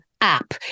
app